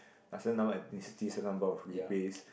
a certain number of ethnicities certain number of replace